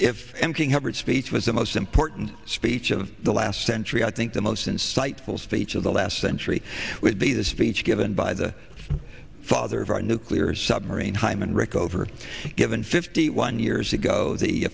king hubbard speech was the most important speech of the last century i think the most insightful speech of the last century with be the speech given by the father of our nuclear submarine hyman rickover given fifty one years ago the